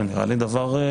נראה לי הגיוני.